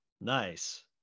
Nice